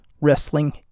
Wrestling